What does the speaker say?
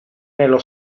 nello